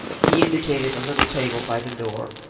he indicated a little table by the door,